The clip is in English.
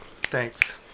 Thanks